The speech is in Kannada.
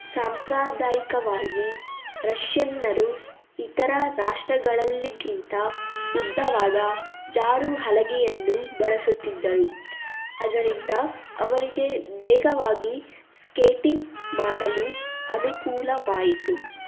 ಸಾಂಪ್ರದಾಯಿಕವಾಗಿ ರಷ್ಯನ್ನರು ಇತರ ರಾಷ್ಟ್ರಗಳಲ್ಲಿಗಿಂತ ಉದ್ದವಾದ ಜಾರು ಹಲಗೆಯನ್ನು ಬಳಸುತ್ತಿದ್ದರು ಅದರಿಂದ ಅವರಿಗೆ ವೇಗವಾಗಿ ಸ್ಕೇಟಿಂಗ್ ಮಾಡಲು ಅನುಕೂಲವಾಯಿತು